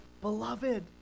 Beloved